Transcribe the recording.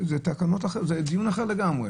זה דיון אחר לגמרי.